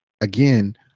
Again